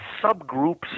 subgroups